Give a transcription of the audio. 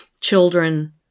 children